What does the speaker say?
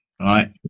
right